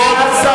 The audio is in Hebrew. לא, אין לך.